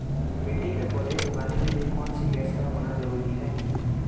मिट्टी में पौधे उगाने के लिए कौन सी गैस का होना जरूरी है?